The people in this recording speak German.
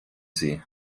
sie